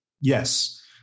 Yes